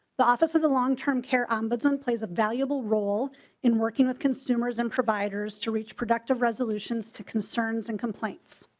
the office of the long-term care ombudsman plays a valuable role in working with consumers and providers to reach productive resolutions to concerns and complaints.